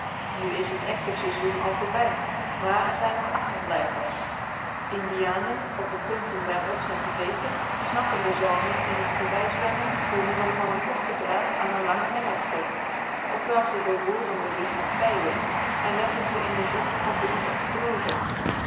nu is het echte seizoen al voorbij maar er zijn nog achterblijvers indianen op de punten der rotsen gezeten snappen de zalmen in t voorbijzwemmen door middel van een korten draad aan een langen hengelstok of wel ze doorboren de visch met pijlen en leggen ze in de zon op den oever te drogen